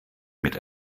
mit